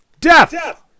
Death